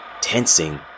Tensing